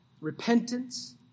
Repentance